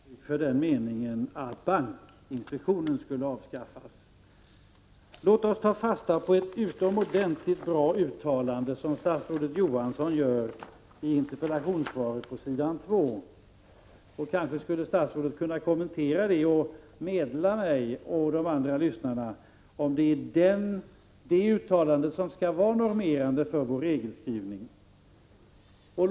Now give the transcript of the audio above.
Herr talman! Jag har nog aldrig i riksdagen givit uttryck för den meningen att bankinspektionen skulle avskaffas. Låt oss ta fasta på ett utomordenligt bra uttalande som statsrådet Johansson gör i interpellationssvaret. Statsrådet kanske skulle kunna kommentera det och meddela mig och övriga lyssnare om det är det uttalandet som skall vara normerande för regelskrivningen.